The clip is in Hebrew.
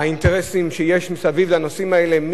האינטרסים שיש מסביב לנושאים האלה,